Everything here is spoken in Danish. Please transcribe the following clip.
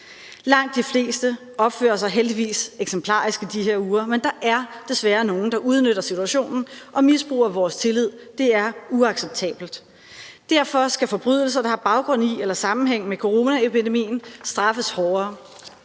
Langt de fleste opfører sig heldigvis eksemplarisk i de her uger. Men der er desværre nogle, der udnytter situationen og misbruger vores tillid. Det er uacceptabelt, og derfor skal forbrydelser, der har baggrund i eller sammenhæng med coronaepidemien, straffes hårdere.